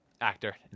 actor